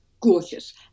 gorgeous